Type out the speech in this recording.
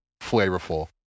flavorful